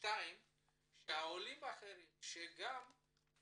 ובכדי שגם עולים אחרים יבדקו,